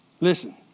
Listen